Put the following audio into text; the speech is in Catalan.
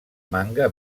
manga